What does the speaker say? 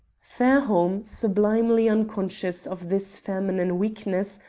fairholme, sublimely unconscious of this feminine weakness,